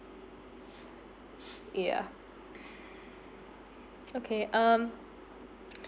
yeah okay um